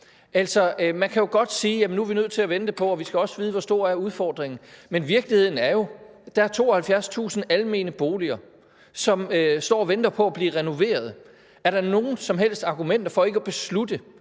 man kan jo godt sige: Jamen nu er vi nødt til at vente, og vi skal også vide, hvor stor udfordringen er. Men virkeligheden er jo denne: Der er 72.000 almene boliger, som står og venter på at blive renoveret. Er der nogen som helst argumenter for ikke at beslutte